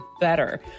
BETTER